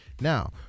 Now